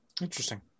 Interesting